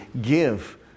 give